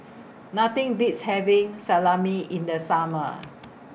Nothing Beats having Salami in The Summer